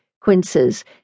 quinces